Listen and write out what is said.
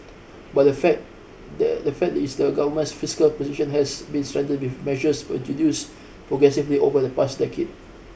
but the fact the fact is the Government's fiscal position has been strengthened with measures introduced progressively over the past decade